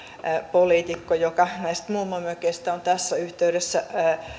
poliitikko joka näistä mummonmökeistä on tässä yhteydessä